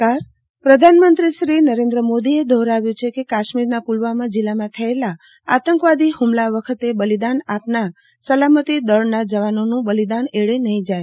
મંત્રી નરેન્દ્રમોદી યવતમાળ પ્રધાનમંત્રી નરેન્દ્ર મોદીએ દોહરાવ્યું છે કે કાશ્મીરના પુલવામા જિલ્લામાં થયેલા આતંકવાદી હૂમલા વખતે બલિદાન આપનાર સલામતી દળના જવાનોનું બલિદાન એળે નહી જાય